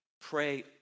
pray